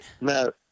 No